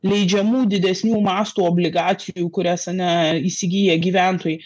leidžiamų didesnių mastų obligacijų kurias ane įsigyja gyventojai